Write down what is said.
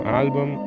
album